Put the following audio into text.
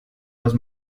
los